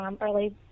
early